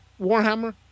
Warhammer